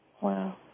Wow